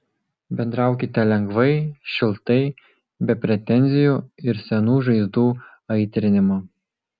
bendraukite lengvai šiltai be pretenzijų ir senų žaizdų aitrinimo